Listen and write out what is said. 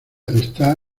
está